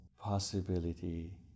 possibility